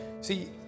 See